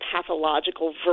pathological